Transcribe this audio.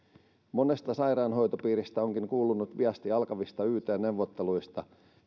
monesta sairaanhoitopiiristä onkin kuulunut viestiä alkavista yt neuvotteluista